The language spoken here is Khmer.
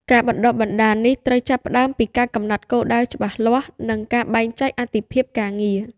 ការបណ្តុះបណ្តាលនេះត្រូវចាប់ផ្តើមពីការកំណត់គោលដៅច្បាស់លាស់និងការបែងចែកអាទិភាពការងារ។